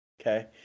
okay